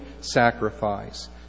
sacrifice